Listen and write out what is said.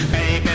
Baby